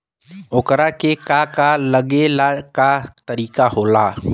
ओकरा के का का लागे ला का तरीका होला?